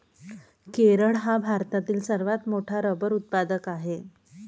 केरळ हा भारतातील सर्वात मोठा रबर उत्पादक आहे